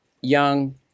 young